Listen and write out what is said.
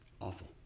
awful